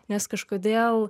nes kažkodėl